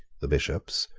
the bishops,